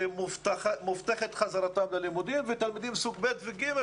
שמובטחת חזרתם ללימודים ותלמידים מסוג ב' ו-ג'